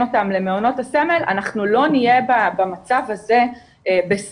אותן למעונות הסמל אנחנו לא נהיה במצב הזה בסגרים.